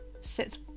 sits